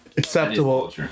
Acceptable